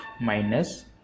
minus